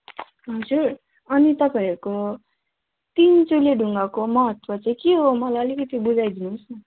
हजुर अनि तपाईँहरूको तिन चुले ढुङ्गाको महत्त्व चाहिँ के हो मलाई अलिकति बुझाइदिनुहोस् न